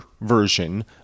version